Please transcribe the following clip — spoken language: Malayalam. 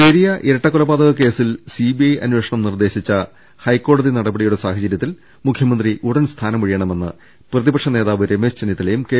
പെരിയ ഇരട്ടക്കൊലപാതകത്തിൽ സിബിഐ അന്വേഷണം നിർദേശിച്ച് ഹൈക്കോടതി നടപടിയുടെ സാഹചര്യ ത്തിൽ മുഖ്യമന്ത്രി ഉടൻ സ്ഥാനം ഒഴിയണമെന്ന് പ്രതി പക്ഷ നേതാവ് രമേശ് ചെന്നിത്തലയും കെ